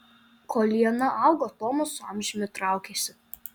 kol liana augo tomas su amžiumi traukėsi